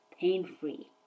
pain-free